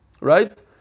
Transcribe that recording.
right